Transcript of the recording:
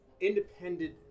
independent